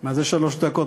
מה זה שלוש דקות?